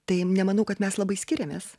tai nemanau kad mes labai skiriamės